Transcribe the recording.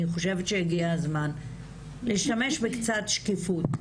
אני חושבת שהגיע הזמן להשתמש בקצת שקיפות,